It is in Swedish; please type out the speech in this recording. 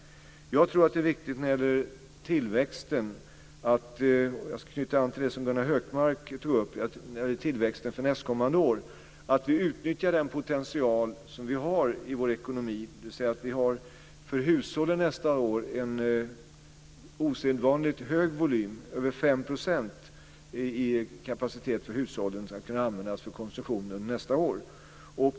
När det gäller tillväxten tror jag att det är viktigt - och jag ska knyta an till det som Gunnar Hökmark tog upp när det gäller tillväxten för nästkommande år - att vi utnyttjar den potential vi har i vår ekonomi. Vi har en osedvanligt hög volym, över 5 %, i kapacitet för hushållen att användas för konsumtion under nästa år.